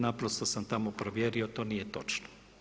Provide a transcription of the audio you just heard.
Naprosto sam tamo provjerio to nije točno.